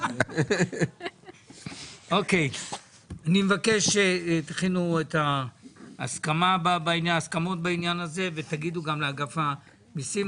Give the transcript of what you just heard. אני מבקש שתכינו את ההסכמות בעניין הזה ותגידו גם לאגף המסים,